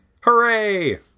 Hooray